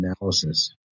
analysis